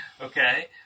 Okay